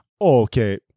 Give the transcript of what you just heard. okay